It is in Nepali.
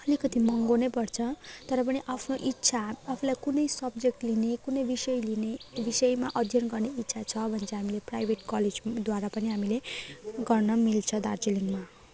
अलिकति महँगो नै पर्छ तर पनि आफ्नो इच्छा आफूलाई कुनै सब्जेक्ट लिने कुनै विषय लिने विषयमा अध्ययन गर्ने इच्छा छ भने चाहिँ हामीले प्राइभेट कलेजद्वारा पनि हामीले गर्न मिल्छ दार्जीलिङमा